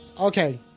okay